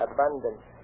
Abundance